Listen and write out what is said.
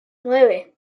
nueve